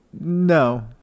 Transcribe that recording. No